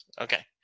Okay